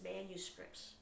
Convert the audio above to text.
manuscripts